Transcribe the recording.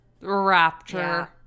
rapture